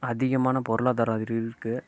அதிகமான பொருளாதாரம் இரு இருக்குது